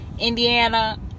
Indiana